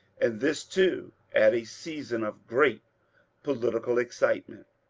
and this too at a season of great political excitement.